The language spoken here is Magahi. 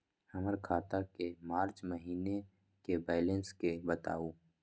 हमर खाता के मार्च महीने के बैलेंस के बताऊ?